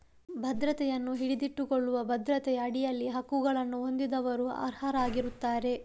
ಭದ್ರತೆಯನ್ನು ಹಿಡಿದಿಟ್ಟುಕೊಳ್ಳುವ ಭದ್ರತೆಯ ಅಡಿಯಲ್ಲಿ ಹಕ್ಕುಗಳನ್ನು ಹೊಂದಿರುವವರು ಅರ್ಹರಾಗಿರುತ್ತಾರೆ